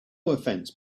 offense